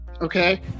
okay